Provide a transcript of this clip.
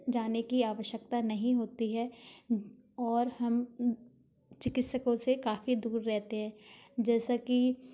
जाने की आवश्यकता नहीं होती है और हम चिकित्सकों से काफ़ी दूर रहते हैं जैसा कि